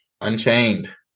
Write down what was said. Unchained